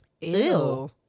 Ew